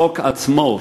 לחוק עצמו,